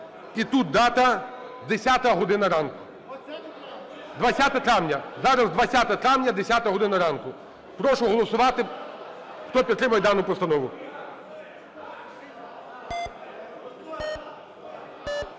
І тут дата: 10 година ранку 20 травня. Зараз 20 травня 10 година ранку. Прошу голосувати, хто підтримує дану постанову.